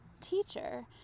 teacher